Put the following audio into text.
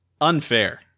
unfair